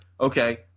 okay